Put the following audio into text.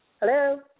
Hello